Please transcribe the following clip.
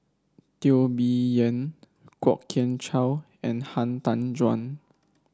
Teo Bee Yen Kwok Kian Chow and Han Tan Juan